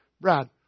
Brad